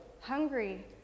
hungry